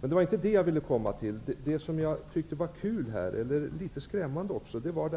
Men det var inte detta som jag vill komma fram till. Det som jag tyckte var kul men också litet skrämmande var